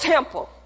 Temple